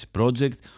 Project